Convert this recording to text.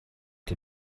der